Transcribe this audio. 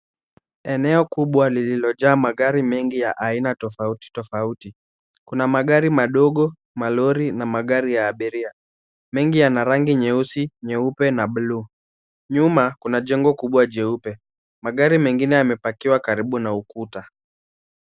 Eneo kubwa lililojaa magari mengi ya aina tofauti tofauti. Kuna magari madogo, malori na magari ya abiria. Mengi yana rangi nyeusi, nyeupe na buluu. Nyuma kuna jengo kubwa jeupe. Magari mengine yamepakiwa karibu na ukuta.